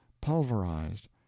pulverized